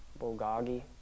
Bulgogi